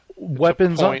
weapons